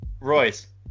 Royce